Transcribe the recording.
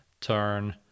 turn